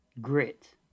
grit